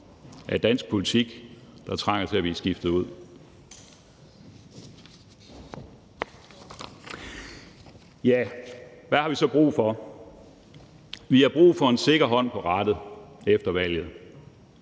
af dansk politik, der trænger til at blive skiftet ud. Ja, hvad har vi så brug for? Vi har brug for en sikker hånd på rattet efter valget.